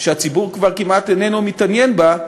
שהציבור כבר כמעט איננו מתעניין בה,